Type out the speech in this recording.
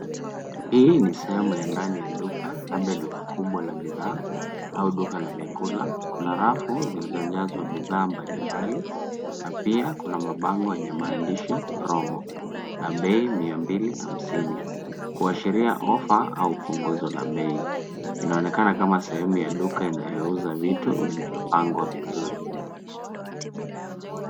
Hii ni sehemu ya ndani ya duka labda duka kubwa la bidhaa au duka la vyakula, kuna rafu zilizojazwa bidhaa mbalimbali na pia kuna mabango yenye maandishi romo na bei mia mbili hamsini kuashiria offer au punguzo la bei inaonekana kama sehemu ya duka inayouza vitu vilivyopangwa vizuri.